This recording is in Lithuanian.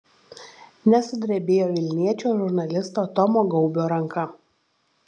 nesudrebėjo vilniečio žurnalisto tomo gaubio ranka